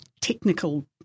technical